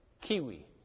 Kiwi